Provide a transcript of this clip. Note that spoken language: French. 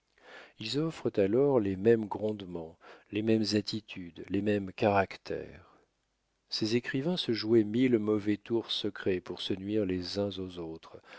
ils offrent alors les mêmes grondements les mêmes attitudes les mêmes caractères ces écrivains se jouaient mille mauvais tours secrets pour se nuire les uns aux autres